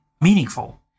meaningful